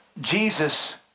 Jesus